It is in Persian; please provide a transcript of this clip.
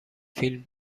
فیلم